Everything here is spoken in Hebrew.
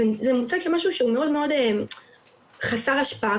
זה מוצג כמשהו שהוא מאוד מאוד חסר השפעה,